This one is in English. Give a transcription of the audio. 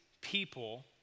people